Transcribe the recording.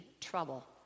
trouble